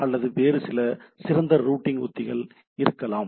அல்லது வேறு சில சிறந்த ரூட்டிங் உத்திகள் இருக்கலாம்